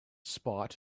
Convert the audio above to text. spot